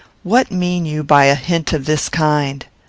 what mean you by a hint of this kind?